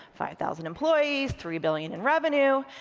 five thousand employees, three billion in revenue,